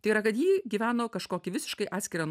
tai yra kad ji gyveno kažkokį visiškai atskirą